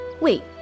Wait